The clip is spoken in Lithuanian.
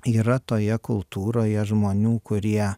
yra toje kultūroje žmonių kurie